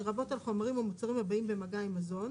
לרבות על חומרים או מוצרים הבאים במגע עם מזון",